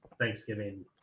Thanksgiving